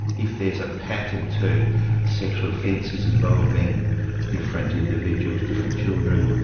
if there's a pattern to sexual offences involving different individuals, different children,